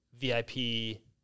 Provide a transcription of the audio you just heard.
VIP